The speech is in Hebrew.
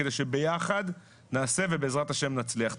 כדי שביחד נעשה ובעזרת השם נצליח.